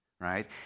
right